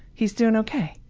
he's doing ok.